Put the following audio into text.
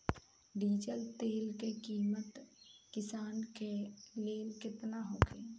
Diesel तेल के किमत किसान के लेल केतना होखे?